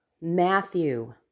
Matthew